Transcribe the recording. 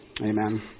Amen